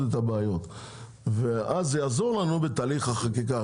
את הבעיות וזה יעזור לנו בתהליך החקיקה.